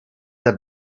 have